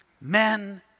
Men